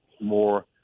more